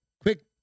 quick